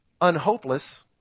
unhopeless